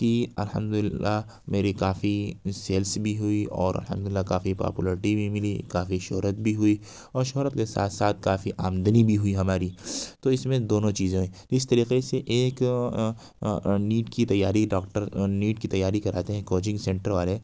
کی الحمد للہ میری کافی سیلس بھی ہوئی اور الحمد للہ کافی پاپولرٹی بھی ملی کافی شہرت بھی ہوئی اور شہرت کے ساتھ ساتھ کافی آمدنی بھی ہوئی ہماری تو اس میں دونوں چیزیں اس طریقے سے ایک نیٹ کی تیاری ڈاکٹر نیٹ کی تیاری کراتے ہیں کوچنگ سینٹر والے